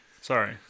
sorry